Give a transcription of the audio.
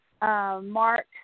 Mark